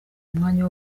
umwanya